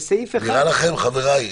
נראה לכם, חבריי?